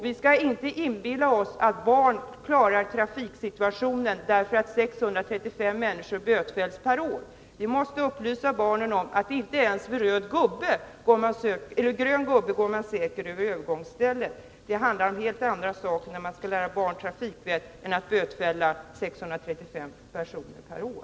Vi skall inte inbilla oss att barn klarar trafiksituationen därför att 635 människor bötfälls per år. Vi måste upplysa barnen om att man inte ens vid grön gubbe går säker över ett övergångsställe. Det handlar om helt andra saker när man skall lära barn trafikvett än att bötfälla 635 personer per år.